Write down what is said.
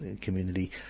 community